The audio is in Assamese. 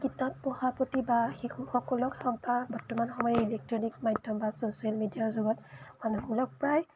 কিতাপ পঢ়াৰ প্ৰতি বা শিশুসকলক হওক বা বৰ্তমান সময়ত ইলেক্ট্ৰনিক মাধ্যম বা ছ'চিয়েল মিডিয়াৰ যুগত মানুহবিলাক প্ৰায়